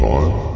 Time